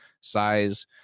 size